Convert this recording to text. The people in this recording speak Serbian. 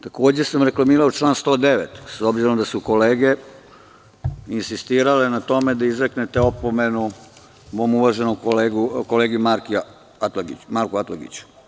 Takođe sam reklamirao član 109, s obzirom da su kolege insistirale na tome da izreknete opomenu mom uvaženom kolegi Marku Atlagiću.